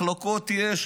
מחלוקות יש,